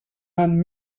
and